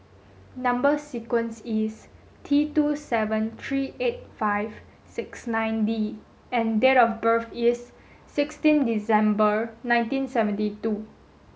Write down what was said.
number sequence is T two seven three eight five six nine D and date of birth is sixteen December nineteen seventy two